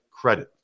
credit